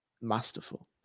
masterful